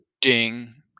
ding